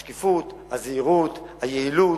השקיפות, הזהירות, היעילות,